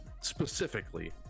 specifically